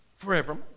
Forever